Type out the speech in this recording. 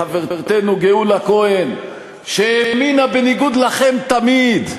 חברתנו גאולה כהן, שהאמינה בניגוד לכם תמיד,